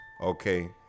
Okay